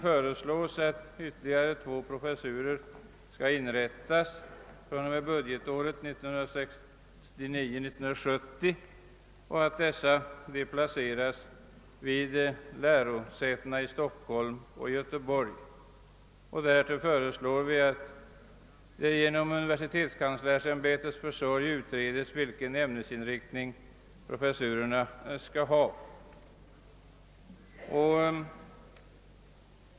de av ytterligare två professurer i geriatrik från och med budgetåret 1969/ 70 samt att dessa professurer placeras vid lärosätena i Stockholm och Göteborg. Dessutom föreslår vi att en skyndsam utredning göres genom universitetskanslersämbetets försorg rörande ämnesinriktningen för professurerna.